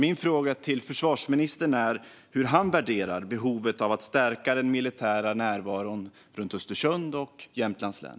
Min fråga till försvarsministern är: Hur värderar han behovet av att stärka den militära närvaron runt Östersund och i Jämtlands län?